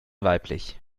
weiblich